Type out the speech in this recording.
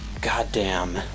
Goddamn